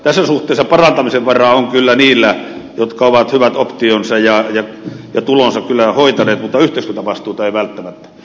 tässä suhteessa parantamisen varaa on kyllä niillä jotka ovat hyvät optionsa ja tulonsa kyllä hoitaneet mutta yhteiskuntavastuuta ei välttämättä